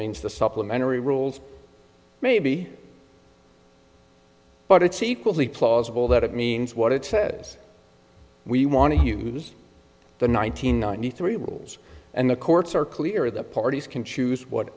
means the supplementary rules maybe but it's equally plausible that it means what it says we want to use the nine hundred ninety three rules and the courts are clear the parties can choose what